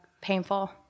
painful